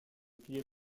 pilier